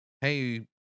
hey